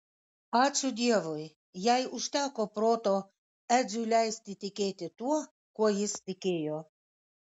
ačiū dievui jai užteko proto edžiui leisti tikėti tuo kuo jis tikėjo